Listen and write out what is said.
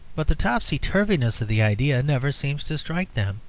but the topsy-turviness of the idea never seems to strike them.